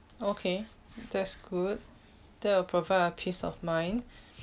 okay that's good that will provide a peace of mind